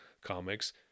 comics